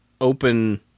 open